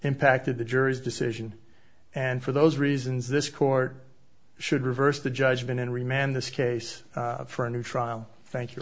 impacted the jury's decision and for those reasons this court should reverse the judgment and remain this case for a new trial thank you